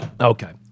Okay